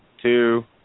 two